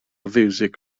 fiwsig